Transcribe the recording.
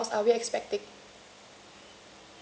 uh how many adults are we expecting